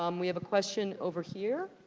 um we have a question over here.